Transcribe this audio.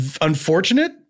unfortunate